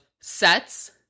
sets